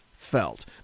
Felt